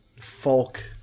folk